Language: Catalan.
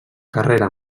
carrera